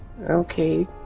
Okay